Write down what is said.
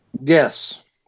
yes